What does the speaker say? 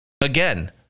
again